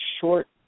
short